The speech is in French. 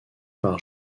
par